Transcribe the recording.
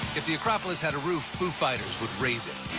if the acropolis had a roof, foo fighters would raise it